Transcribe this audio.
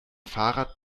fahrrad